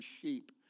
sheep